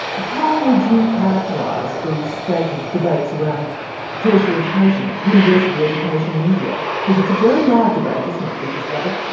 how would you characterise the state of debates around tertiary education, university education in india, because it's a very live debate, isn't it, we've discovered?